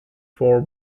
for